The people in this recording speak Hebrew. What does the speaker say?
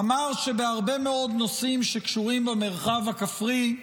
הוא אמר שבהרבה מאוד נושאים שקשורים במרחב הכפרי,